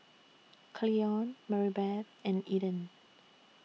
Cleon Maribeth and Eden